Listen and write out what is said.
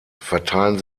verteilen